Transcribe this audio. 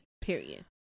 Period